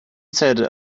said